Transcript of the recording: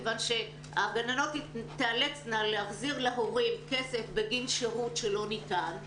כיוון שהגננות תיאלצנה להחזיר להורים כסף בגין שירות שלא ניתן,